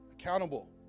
accountable